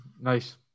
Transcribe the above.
nice